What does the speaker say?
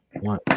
one